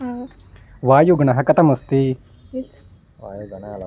वायुगुणः कथमस्ति